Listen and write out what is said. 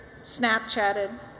snapchatted